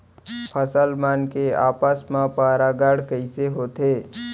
फसल मन के आपस मा परागण कइसे होथे?